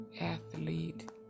athlete